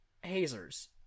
Hazers